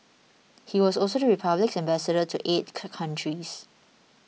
he was also the Republic's Ambassador to eight countries